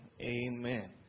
amen